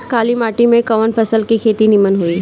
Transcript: काली माटी में कवन फसल के खेती नीमन होई?